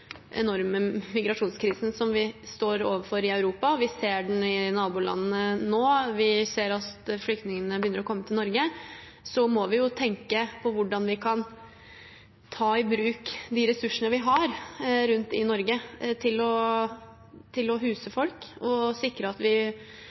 enorme migrasjonskrisen vi står overfor i Europa – vi ser den i nabolandene nå, og vi ser at flyktningene begynner å komme til Norge – må vi tenke på hvordan vi kan ta i bruk de ressursene vi har rundt om i Norge, til å